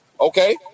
Okay